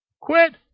Quit